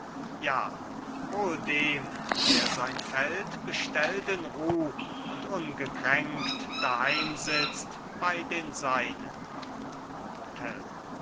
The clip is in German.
ja wohl dem der sein feld bestellt in ruh und ungekränkt daheim sitzt bei den seinen